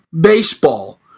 baseball